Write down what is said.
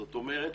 זאת אומרת